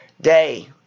Day